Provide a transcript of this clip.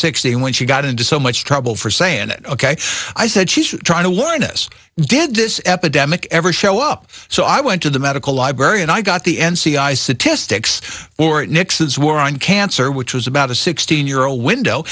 sixty when she got into so much trouble for saying it ok i said she's trying to wind us did this epidemic ever show up so i went to the medical library and i got the n c i statistics or at nixon's war on cancer which was about a sixteen year old window